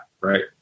right